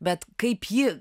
bet kaip ji